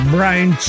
Brian